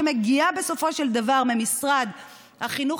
שמגיעה בסופו של דבר ממשרד החינוך,